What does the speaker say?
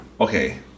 Okay